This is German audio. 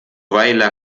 weiler